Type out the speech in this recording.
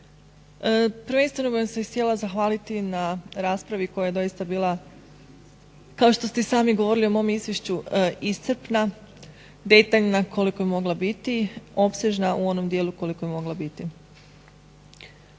prvenstveno bih vam se htjela zahvaliti na raspravi koja je doista bila kao što ste i sami govorili o mom izvješću iscrpna, detaljna koliko je mogla biti, opsežna u onom dijelu koliko je mogla biti.